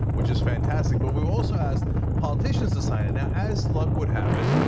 which is fantastic. but we've also asked politicians to sign it. now as luck would have it,